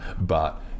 but-